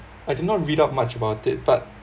I did not read up much about it but